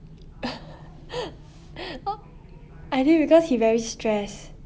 I think because he very stress